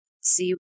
see